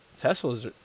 Tesla's